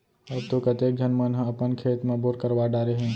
अब तो कतेक झन मन ह अपन खेत म बोर करवा डारे हें